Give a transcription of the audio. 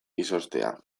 izoztea